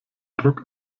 druck